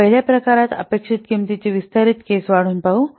तर पहिल्या प्रकारात अपेक्षित किंमतीचे विस्तारित केस वाढवून पाहू